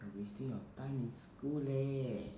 your wasting your time in school leh